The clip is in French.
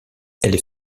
est